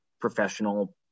professional